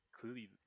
clearly